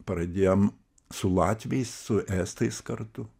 pradėjom su latviais su estais kartu